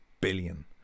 billion